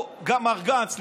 גם מר גנץ,